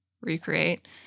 recreate